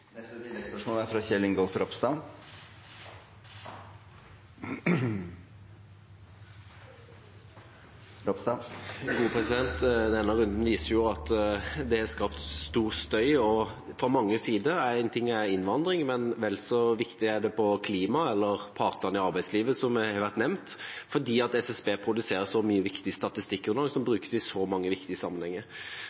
Kjell Ingolf Ropstad – til oppfølgingsspørsmål. Denne runden viser jo at det er skapt mye støy – fra mange sider. En ting er innvandring, men vel så viktig er det når det gjelder klima eller partene i arbeidslivet, som har vært nevnt, fordi SSB produserer så mye viktig statistikkgrunnlag som brukes i